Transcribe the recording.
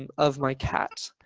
and of my cat.